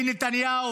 אדוני, ביבי נתניהו.